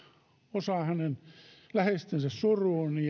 osaa hänen läheistensä suruun